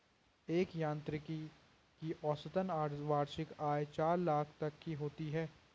एक यांत्रिकी की औसतन वार्षिक आय चार लाख तक की होती है